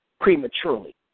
prematurely